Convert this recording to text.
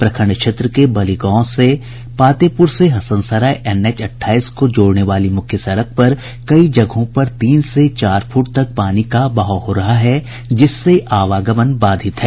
प्रखंड क्षेत्र के बलीगांव में पातेपूर से हसनसराय एनएच अठाईस को जोड़ने वाली मुख्य सड़क पर कई जगहों पर तीन से चार फूट तक पानी का बहाव हो रहा है जिससे आवागमन बाधित है